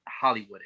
Hollywood